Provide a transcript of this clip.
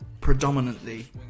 predominantly